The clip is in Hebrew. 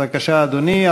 בבקשה, אדוני.